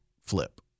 flip